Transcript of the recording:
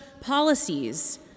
policies